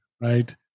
right